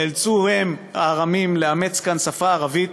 נאלצו הם, הארמים, לאמץ כאן שפה ערבית,